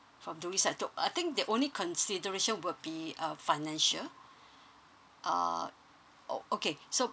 from do we settled I think the only consideration will be uh financial uh oh okay so